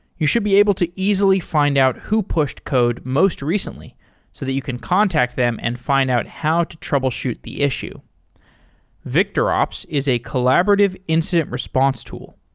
you should be able to easily easily find out who pushed code most recently so that you can contact them and find out how to troubleshoot the issue victorops is a collaborative incident response tool.